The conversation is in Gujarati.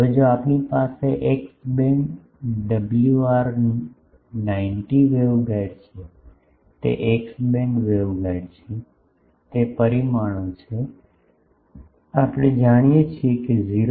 હવે જો તમારી પાસે X band WR 90 wave guide છે તે એક્સ બેન્ડ વેવગાઇડ છે તે પરિમાણો છે આપણે જાણીએ છીએ કે 0